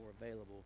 available